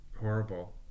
horrible